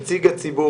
נציג הציבור,